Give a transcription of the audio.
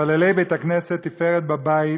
מתפללי בית-הכנסת "תפארת בבאי"